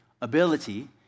ability